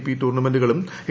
P ടൂർണമെന്റുകളും A